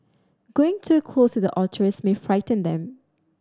going too close to the otters may frighten them